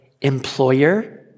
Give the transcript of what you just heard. employer